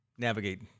Navigate